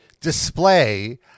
display